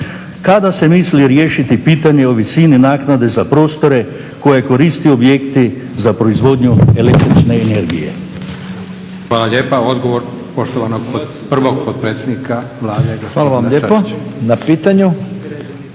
kada se misli riješiti pitanje o visini naknade za prostore koje koriste objekti za proizvodnju električne energije. **Leko, Josip (SDP)** Hvala lijepa. Odgovor poštovanog prvog potpredsjednika Vlade gospodina Čačića.